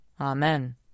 Amen